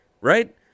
right